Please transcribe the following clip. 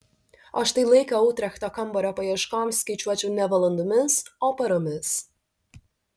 o štai laiką utrechto kambario paieškoms skaičiuočiau ne valandomis o paromis